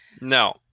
No